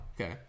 Okay